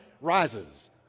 rises